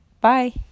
Bye